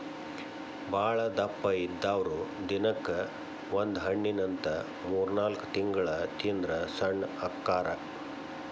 ಬಾಳದಪ್ಪ ಇದ್ದಾವ್ರು ದಿನಕ್ಕ ಒಂದ ಹಣ್ಣಿನಂತ ಮೂರ್ನಾಲ್ಕ ತಿಂಗಳ ತಿಂದ್ರ ಸಣ್ಣ ಅಕ್ಕಾರ